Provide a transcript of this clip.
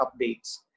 updates